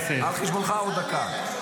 על חשבונך עוד דקה.